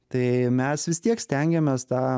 tai mes vis tiek stengiamės tą